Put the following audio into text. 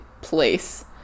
place